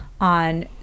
on